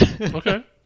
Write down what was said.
Okay